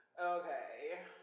Okay